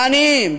בעניים,